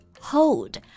hold